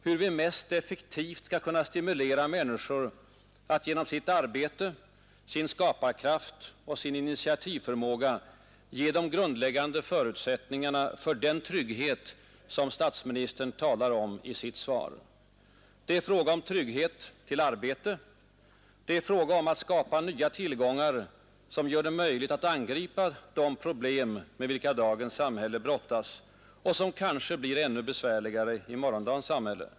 Hur vi mest effektivt skall kunna stimulera människor att genom sitt arbete, sin skaparkraft och sin initiativförmåga ge de grundläggande förutsättningarna för den trygghet som statsministern talar om i sitt svar. Det är fråga om trygghet till arbete. Det är fråga om att skapa nya tillgångar som gör det möjligt att angripa de problem med vilka dagens samhälle brottas och som kanske blir ännu besvärligare i morgondagens samhälle.